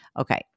Okay